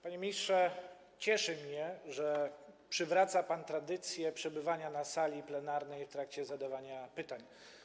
Panie ministrze, cieszy mnie, że przywraca pan tradycję przebywania na sali plenarnej w trakcie zadawania pytań.